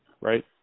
right